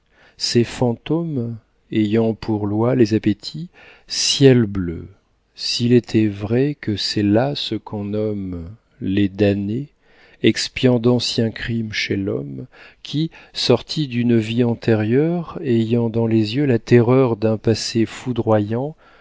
ces fantômes ayant pour loi les appétits ciel bleu s'il était vrai que c'est là ce qu'on nomme les damnés expiant d'anciens crimes chez l'homme qui sortis d'une vie antérieure ayant dans les yeux la terreur d'un passé foudroyant